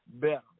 better